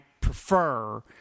prefer